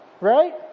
Right